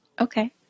okay